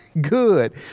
Good